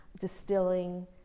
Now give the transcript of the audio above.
distilling